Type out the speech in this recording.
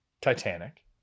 Titanic